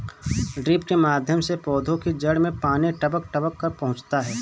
drip के माध्यम से पौधे की जड़ में पानी टपक टपक कर पहुँचता है